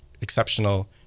exceptional